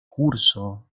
curso